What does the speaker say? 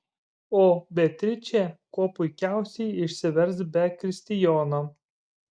o beatričė kuo puikiausiai išsivers be kristijono